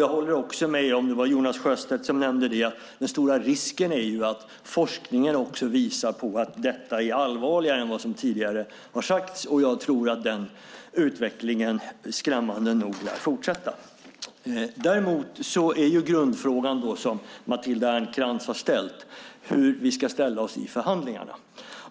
Jag håller också med om det Jonas Sjöstedt nämnde, nämligen att den stora risken är att forskningen visar att detta är allvarligare än vad som tidigare har sagts. Jag tror att den utvecklingen, skrämmande nog, lär fortsätta. Grundfrågan är den Matilda Ernkrans ställde, nämligen hur vi ska ställa oss i förhandlingarna.